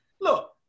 look